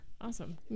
Awesome